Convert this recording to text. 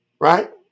Right